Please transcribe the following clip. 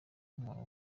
nk’umuntu